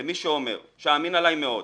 למי שהוא אומר, שאמין עליי מאוד,